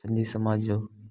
सिंधी समाज जो